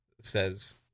says